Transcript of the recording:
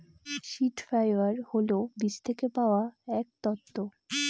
seed fibre হল বীজ থেকে পাওয়া এক তন্তু